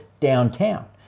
downtown